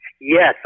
Yes